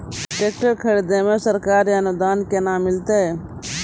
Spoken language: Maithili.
टेकटर खरीदै मे सरकारी अनुदान केना मिलतै?